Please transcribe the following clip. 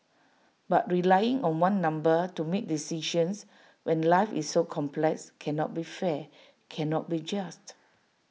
but relying on one number to make decisions when life is so complex cannot be fair cannot be just